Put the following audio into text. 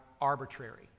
arbitrary